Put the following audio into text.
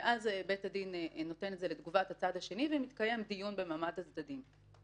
ואז בית הדין נותן את זה לתגובת הצד השני ומתקיים דיון במעמד הצדדים.